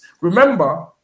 Remember